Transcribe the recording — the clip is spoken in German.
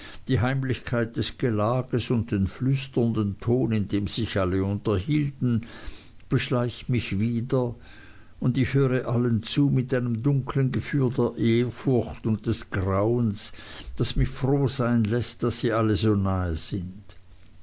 die heimlichkeit des gelages und den flüsternden ton in dem sich alle unterhielten beschleicht mich wieder und ich höre allen zu mit einem dunklen gefühl der ehrfurcht und des grauens das mich froh sein läßt daß sie alle so nahe sind